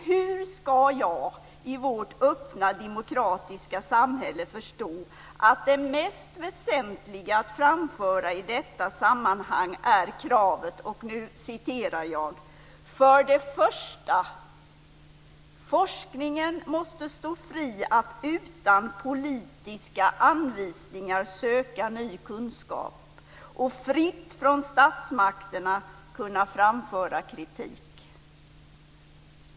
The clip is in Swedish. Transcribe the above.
Hur ska jag i vårt öppna demokratiska samhälle förstå att det mest väsentliga att framföra i detta sammanhang är kravet: "För det första måste forskningen stå fri att utan politiska anvisningar söka ny kunskap och fritt från statsmakterna kunna framföra kritik."